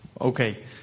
Okay